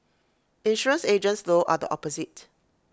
insurance agents though are the opposite